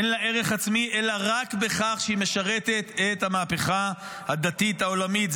אין לה ערך עצמי אלא רק בכך שהיא משרתת את המהפכה הדתית העולמית.